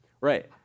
Right